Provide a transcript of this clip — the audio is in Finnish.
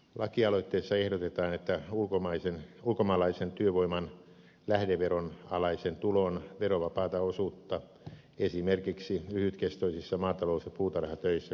lakialoitteessa ehdotetaan että ulkomaalaisen työvoiman lähdeveron alaisen tulon verovapaata osuutta esimerkiksi lyhytkestoisissa maatalous ja puutarhatöissä korotettaisiin